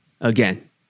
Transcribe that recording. again